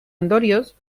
ondorioz